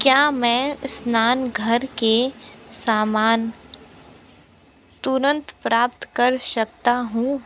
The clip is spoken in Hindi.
क्या मैं स्नानघर के सामान तुरंत प्राप्त कर सकता हूँ